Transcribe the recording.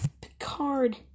Picard